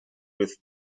with